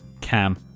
cam